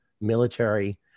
military